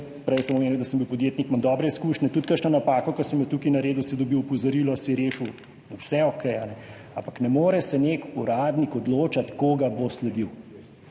prej omenil, da sem bil podjetnik, imam [z njimi] dobre izkušnje, tudi kakšno napako, ki sem jo tukaj naredil, sem dobil opozorilo, sem rešil, vse okej, ampak ne more se nek uradnik odločati, komu bo sledil.